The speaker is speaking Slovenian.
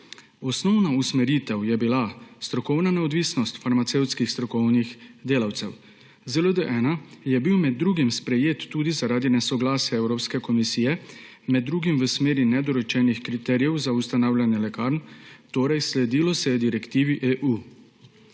Osnovna usmeritev je bila strokovna neodvisnost farmacevtskih strokovnih delavcev. ZLD1 je bil med drugim sprejet tudi zaradi nesoglasja Evropske komisije in med drugim v smeri nedorečenih kriterijev za ustanavljanje lekarn, torej sledilo se je direktivi EU.